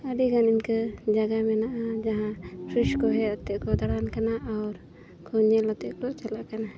ᱟᱹᱰᱤ ᱜᱟᱱ ᱤᱱᱠᱟᱹ ᱡᱟᱭᱜᱟ ᱢᱮᱱᱟᱜᱼᱟ ᱡᱟᱦᱟᱸ ᱴᱩᱨᱤᱥᱴ ᱠᱚ ᱦᱮᱡ ᱠᱟᱛᱮᱫ ᱠᱚ ᱫᱟᱬᱟᱱ ᱠᱟᱱᱟ ᱟᱨ ᱠᱚ ᱧᱮᱞ ᱠᱟᱛᱮᱫ ᱠᱚ ᱪᱟᱞᱟᱜ ᱠᱟᱱᱟ